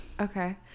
Okay